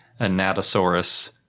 Anatosaurus